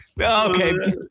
Okay